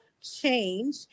change